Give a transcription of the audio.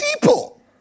people